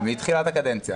מתחילת הקדנציה.